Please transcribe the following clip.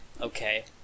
Okay